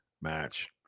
match